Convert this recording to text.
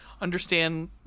understand